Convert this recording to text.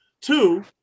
Two